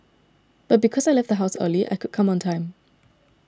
but because I left the house early I could come on time